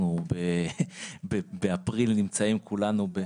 אנחנו באפריל נמצאים כולנו.